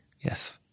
Yes